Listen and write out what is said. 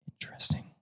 Interesting